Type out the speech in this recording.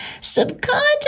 subconscious